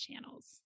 channels